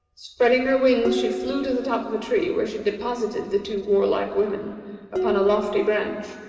spreading her wings she flew to the top of a tree where she deposited the two warlike women upon a lofty branch,